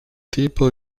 tipo